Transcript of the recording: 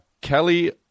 Kelly